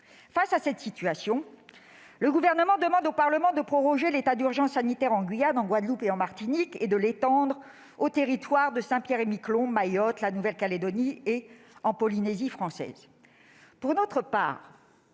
Face à cette situation, le Gouvernement demande au Parlement de proroger l'état d'urgence sanitaire en Guyane, en Guadeloupe et en Martinique et de l'étendre aux territoires de Saint-Pierre-et-Miquelon, de Mayotte, à la Nouvelle-Calédonie ainsi qu'à la Polynésie française.